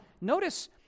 Notice